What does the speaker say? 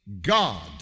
God